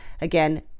again